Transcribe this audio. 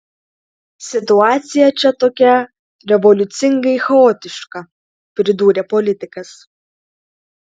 situacija čia tokia revoliucingai chaotiška pridūrė politikas